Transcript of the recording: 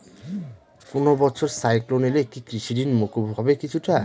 কোনো বছর সাইক্লোন এলে কি কৃষি ঋণ মকুব হবে কিছুটা?